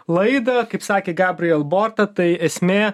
laidą kaip sakė gabriel borta tai esmė